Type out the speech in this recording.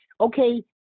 Okay